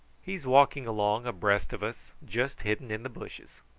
he's walking along abreast of us, just hidden in the bushes.